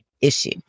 issue